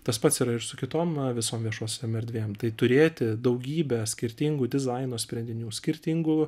tas pats yra ir su kitom visom viešosiom erdvėm tai turėti daugybę skirtingų dizaino sprendinių skirtingų